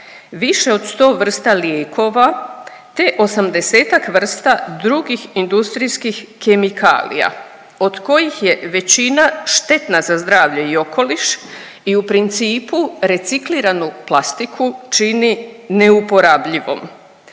više od 100 vrsta lijekova te 80-ak vrsta drugih industrijskih kemikalija od kojih je većina štetna za zdravlje i okoliš i u principu recikliranu plastiku čini neuporabljivom.